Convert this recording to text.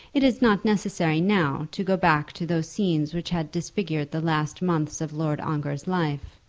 it is not necessary now to go back to those scenes which had disfigured the last months of lord ongar's life,